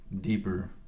deeper